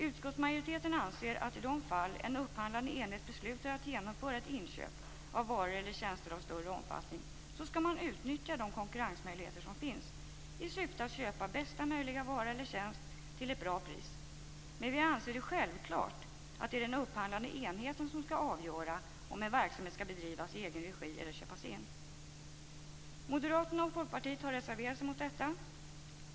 Utskottsmajoriteten anser att i de fall en upphandlande enhet beslutar att genomföra ett inköp av varor eller tjänster av större omfattning skall man utnyttja de konkurrensmöjligheter som finns i syfte att köpa bästa möjliga vara eller tjänst till ett bra pris. Men vi anser självklart att det är den upphandlande enheten som skall avgöra om en verksamhet skall bedrivas i egen regi eller köpas in. Moderaterna och Folkpartiet har reserverat sig mot detta.